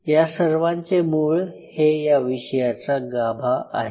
या सर्वांचे मूळ हे या विषयाचा गाभा आहे